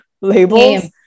labels